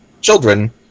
children